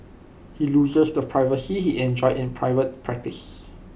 he loses the privacy he enjoyed in private practice